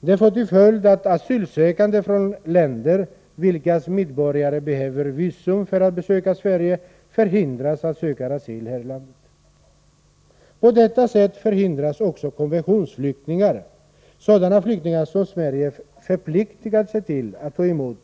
Den får till följd att asylsökande från länder, vilkas medborgare behöver visum för att besöka Sverige, förhindras att söka asyl här i landet. På detta sätt förhindras också konventionsflyktingar, sådana flyktingar som Sverige förpliktigat sig att ta emot